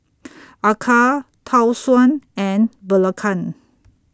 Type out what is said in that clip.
Acar Tau Suan and Belacan